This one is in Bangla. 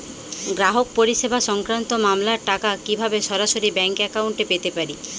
গ্রাহক পরিষেবা সংক্রান্ত মামলার টাকা কীভাবে সরাসরি ব্যাংক অ্যাকাউন্টে পেতে পারি?